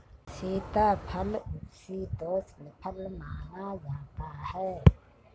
सीताफल उपशीतोष्ण फल माना जाता है